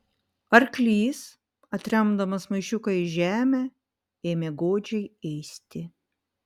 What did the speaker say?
arklys atremdamas maišiuką į žemę ėmė godžiai ėsti